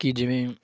ਕਿ ਜਿਵੇਂ